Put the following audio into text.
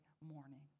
morning